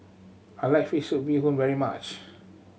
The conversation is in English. I like fish soup bee hoon very much